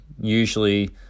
usually